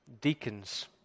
deacons